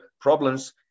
problems